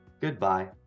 Goodbye